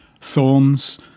Thorns